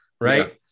right